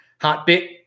Hotbit